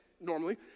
Normally